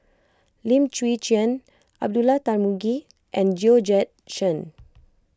Lim Chwee Chian Abdullah Tarmugi and Georgette Chen